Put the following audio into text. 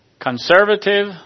Conservative